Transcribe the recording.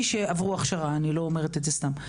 שעברו הכשרה ואני לא אומרת את זה סתם.